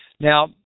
Now